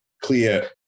clear